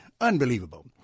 Unbelievable